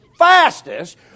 fastest